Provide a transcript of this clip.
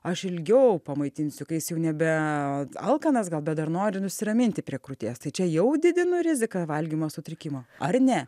aš ilgiau pamaitinsiu kai jis jau nebe alkanas gal da dar nori nusiraminti prie krūties tai čia jau didinu riziką valgymo sutrikimo ar ne